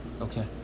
Okay